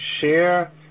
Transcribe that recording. share